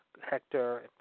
Hector